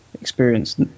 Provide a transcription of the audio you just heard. experience